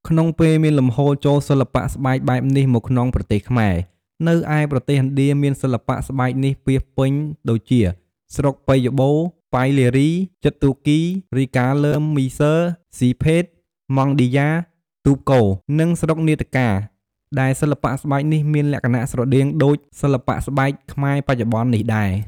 ក្នុងពេលមានលំហូរចូលសិល្បៈស្បែកបែបនេះមកក្នុងប្រទេសខ្មែរ នៅឯប្រទេសឥណ្ឌាមានសិល្បៈស្បែកនេះពាសពេញ ដូចជាស្រុកប៉ីជបូរ, បៃលារី, ជិត្រទូគ៌ា, រីង្គាឡ័រមីស័រ, ស្សីភេគ, ម័ងឌីយ៉ា, ទុបកូរ និងស្រុកនាតកាដែលសិល្បៈស្បែកនេះមានលក្ខណៈស្រដៀងដូចសិល្បៈស្បែក ខ្មែរបច្ចុប្បន្ននេះដែរ ។